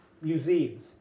museums